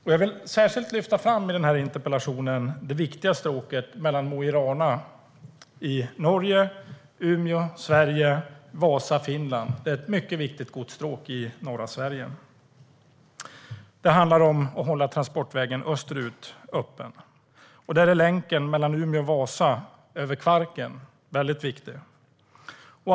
Med interpellationen vill jag särskilt lyfta fram stråket mellan Mo i Rana i Norge, Umeå i Sverige och Vasa i Finland. Det är ett mycket viktigt godsstråk för norra Sverige. Det handlar om att hålla transportvägen österut öppen. Här är länken mellan Umeå och Vasa, över Kvarken, mycket viktig.